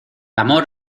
amor